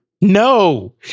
No